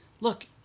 look